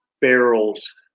barrels